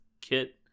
Kit